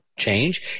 change